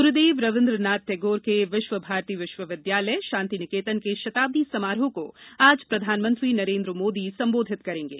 गुरूदेव रवीन्द्र नाथ टैगोर के विश्व भारती विश्वविद्यालय शांति निकेतन के शताब्दी समारोह को आज प्रधानमंत्री नरेन्द्र मोदी सम्बोधित करेंगे